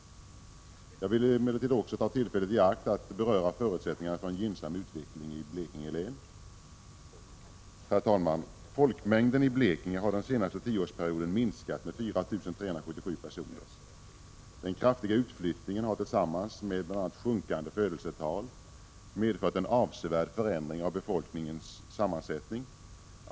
Jag tar emellertid tillfället i akt att också beröra förutsättningarna för en gynnsam utveckling i Blekinge län. Folkmängden i Blekinge har under den senaste tioårsperioden minskat med 4 377 personer. Den kraftiga utflyttningen tillsammans med bl.a. sjunkande födelsetal har medfört en avsevärd förändring av befolkningens sammansättning.